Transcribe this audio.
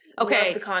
okay